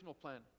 plan